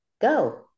Go